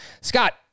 Scott